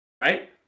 right